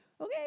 okay